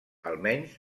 almenys